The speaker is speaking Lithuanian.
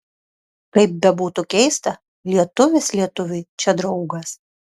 kaip bebūtų keista lietuvis lietuviui čia draugas